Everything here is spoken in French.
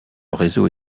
réseau